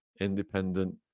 independent